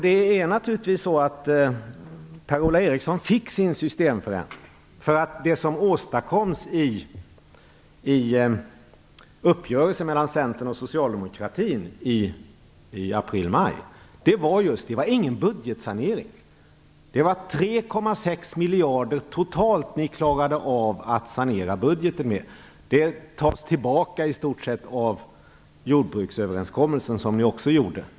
Per-Ola Eriksson fick sin systemförändring. Det som åstadkoms i uppgörelsen mellan Centern och socialdemokratin i april-maj var ingen budgetsanering. Det var 3,6 miljarder totalt som ni klarade av att sanera budgeten med. Det tas i stort sett tillbaka av den jordbruksöverenskommelse som ni också gjorde.